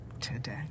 today